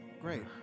Great